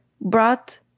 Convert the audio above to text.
brought